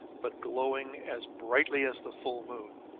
but glowing as brightly as the full moon!